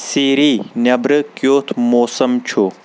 سیٖری ، نیٚبرٕ کِیُتھ موسَم چھُ